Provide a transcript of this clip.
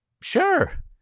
sure